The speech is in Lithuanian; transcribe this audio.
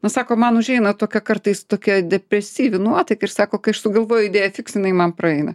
nu sako man užeina tokia kartais tokia depresyvi nuotaika ir sako kai aš sugalvoju idėją fiks jinai man praeina